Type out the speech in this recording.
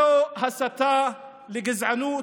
זו הסתה לגזענות,